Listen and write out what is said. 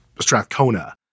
Strathcona